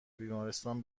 بیمارستان